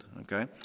Okay